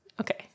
Okay